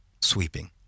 sweeping